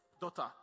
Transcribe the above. Daughter